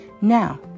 Now